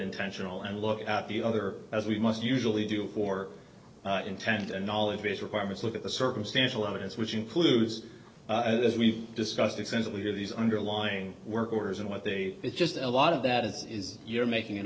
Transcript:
intentional and look at the other as we must usually do for intent and knowledge base requirements look at the circumstantial evidence which includes as we've discussed extensively these underlying work orders and what they it's just a lot of that is is you're making an